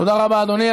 תודה רבה, אדוני.